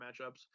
matchups